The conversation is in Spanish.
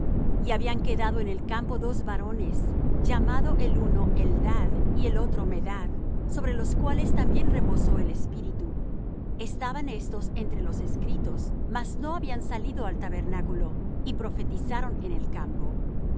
y habían quedado en el campo dos varones llamado el uno eldad y el otro medad sobre los cuales también reposó el espíritu estaban estos entre los escritos mas no habían salido al tabernáculo y profetizaron en el campo